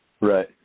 Right